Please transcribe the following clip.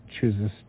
chooses